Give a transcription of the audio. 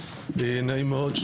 נעים מאוד,